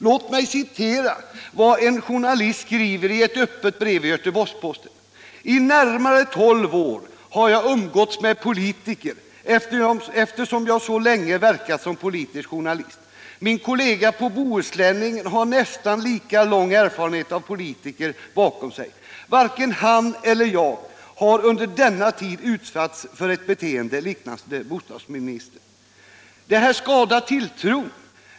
Låt mig citera vad en journalist skriver i ett öppet brev i Göteborgs-Posten: ”I närmare tolv år har jag umgåtts med politiker eftersom jag så länge verkat som politisk journalist. Min kollega på Bohusläningen har nästan lika lång erfarenhet av politiker bakom sig. Varken han eller jag har under denna tid utsatts för ett beteende liknande bostadsministerns.” Detta skadar tilltron till politikerna.